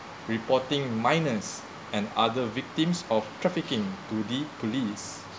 reporting minors and other victims of trafficking to the police